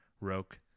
roke